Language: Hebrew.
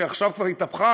שעכשיו כבר התהפכה,